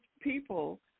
people